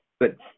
Good